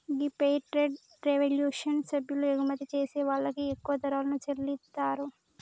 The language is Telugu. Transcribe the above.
గీ ఫెయిర్ ట్రేడ్ రెవల్యూషన్ సభ్యులు ఎగుమతి చేసే వాళ్ళకి ఎక్కువ ధరలను చెల్లితారు